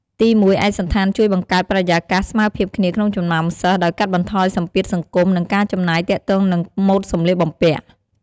ទីមួយ ឯកសណ្ឋានជួយបង្កើតបរិយាកាសស្មើភាពគ្នាក្នុងចំណោមសិស្ស ដោយកាត់បន្ថយសម្ពាធសង្គម និងការចំណាយទាក់ទងនឹងម៉ូដសម្លៀកបំពាក់។